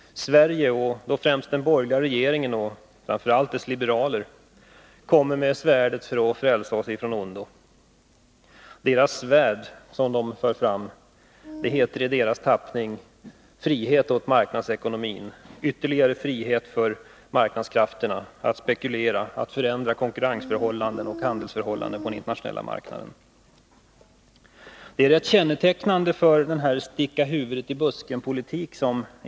Sverige, och då främst den borgerliga regeringen och framför allt dess liberaler, kommer med svärd för att frälsa oss från ondo. Svärdet heter i den här tappningen frihet åt marknadsekonomin, ytterligare frihet för marknadskrafterna att spekulera, att förändra konkurrensförhållanden och handelsförhållanden på den internationella marknaden. Detta är rätt kännetecknande för regeringens sticka-huvudet-i-busken-politik.